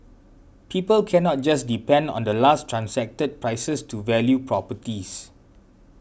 people cannot just depend on the last transacted prices to value properties